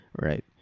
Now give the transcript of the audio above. Right